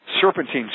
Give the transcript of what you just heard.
serpentine